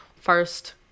first